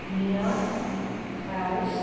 नियार्क् Paris